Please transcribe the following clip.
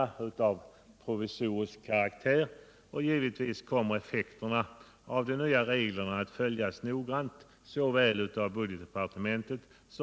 Herr talman!